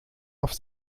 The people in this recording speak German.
auf